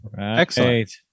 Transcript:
Excellent